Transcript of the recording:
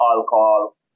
alcohol